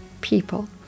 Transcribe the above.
people